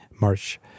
March